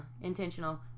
intentional